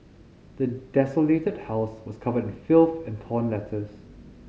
the desolated house was covered in filth and torn letters